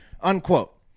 unquote